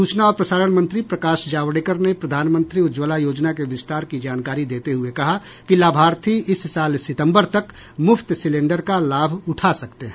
सूचना और प्रसारण मंत्री प्रकाश जावड़ेकर ने प्रधानमंत्री उज्ज्वला योजना के विस्तार की जानकारी देते हुए कहा कि लाभार्थी इस साल सितंबर तक मुफ्त सिलेंडर का लाभ उठा सकते हैं